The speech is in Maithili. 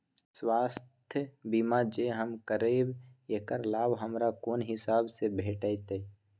स्वास्थ्य बीमा जे हम करेब ऐकर लाभ हमरा कोन हिसाब से भेटतै?